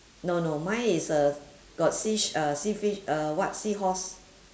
no no mine is uh got seash~ uh sea fish uh what seahorse